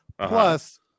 plus